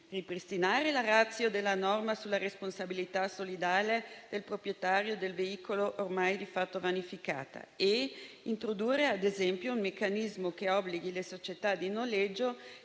ripristinare la *ratio* della norma sulla responsabilità solidale del proprietario del veicolo, ormai di fatto vanificata, e introdurre ad esempio un meccanismo che obblighi le società di noleggio,